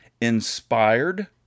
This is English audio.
inspired